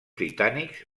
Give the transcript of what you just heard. britànics